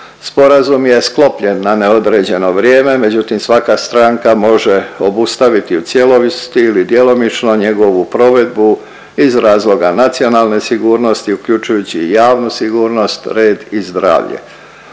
Sporazum je sklopljen na neodređeno vrijeme, međutim svaka stranka može obustaviti u cijelosti ili djelomično njegovu provedbu iz razloga nacionalne sigurnosti uključujući i javnu sigurnost, red i zdravlje.